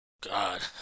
God